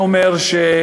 הזאת?